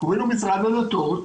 קוראים לו משרד הדתות.